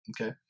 Okay